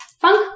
funk